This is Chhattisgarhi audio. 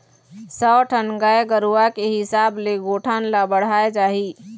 सौ ठन गाय गरूवा के हिसाब ले गौठान ल बड़हाय जाही